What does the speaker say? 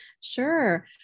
sure